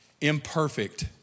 imperfect